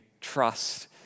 trust